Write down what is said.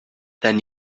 then